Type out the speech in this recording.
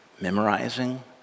memorizing